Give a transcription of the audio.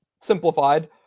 simplified